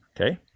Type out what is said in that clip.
okay